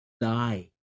die